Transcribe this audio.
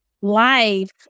life